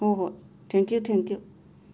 ꯍꯣꯏ ꯍꯣꯏ thank you thank you